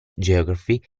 geography